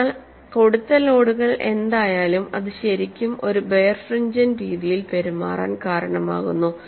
അതിനാൽ കൊടുത്ത ലോഡുകൾ എന്തായാലും ഇത് ശരിക്കും ഒരു ബൈർഫ്രിംഞ്ചെന്റ് രീതിയിൽ പെരുമാറാൻ കാരണമാകുന്നു